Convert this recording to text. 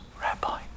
Rabbi